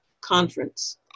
conference